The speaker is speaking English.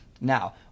Now